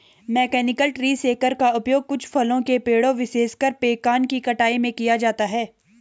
mechanical tree shaker का उपयोग कुछ फलों के पेड़ों, विशेषकर पेकान की कटाई में किया जाता है